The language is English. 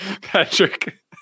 Patrick